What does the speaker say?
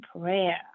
prayer